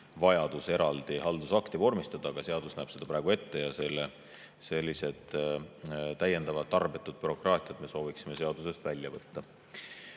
vajadus eraldi haldusakti vormistada, aga seadus näeb seda praegu ette. Sellise täiendava tarbetu bürokraatia soovime me seadusest välja võtta.